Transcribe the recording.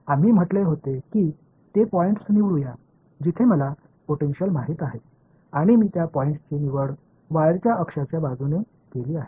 आम्ही म्हटले होते की ते पॉईंट्स निवडूया जिथे मला पोटेन्शिअल माहित आहे आणि मी त्या पॉईंट्सची निवड वायरच्या अक्षाच्या बाजूने केली आहे